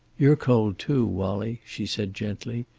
you're cold, too, wallie, she said gently.